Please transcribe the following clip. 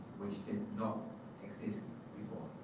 which did not exist